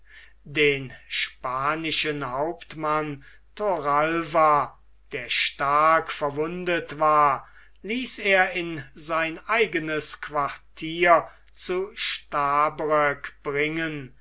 den spanischen hauptmann toralva der stark verwundet war ließ er in sein eignes quartier zu stabroek bringen